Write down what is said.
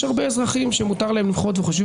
יש הרבה אזרחים שמותר להם למחות וחושבים